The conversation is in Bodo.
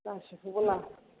गासैखौबो लाखा